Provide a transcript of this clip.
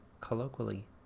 Colloquially